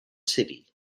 city